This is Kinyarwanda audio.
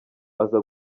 aza